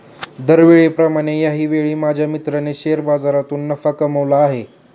दरवेळेप्रमाणे याही वेळी माझ्या मित्राने शेअर बाजारातून नफा कमावला आहे